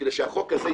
כדי שהחוק הזה יסתיים,